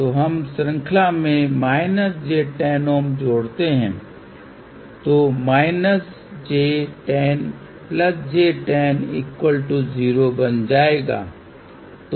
तो हम श्रृंखला में j10 Ω जोड़ते हैं तो j10j10 0 बन जाएगा